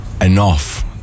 enough